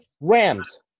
Rams